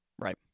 Right